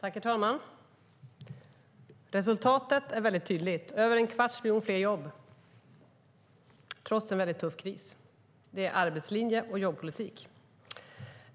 Herr talman! Resultatet av arbetslinje och jobbpolitik är mycket tydligt - över en kvarts miljon fler jobb, trots en väldigt tuff kris.